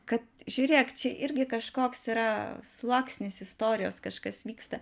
kad žiūrėk čia irgi kažkoks yra sluoksnis istorijos kažkas vyksta